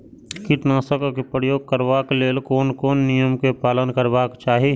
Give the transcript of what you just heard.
कीटनाशक क प्रयोग करबाक लेल कोन कोन नियम के पालन करबाक चाही?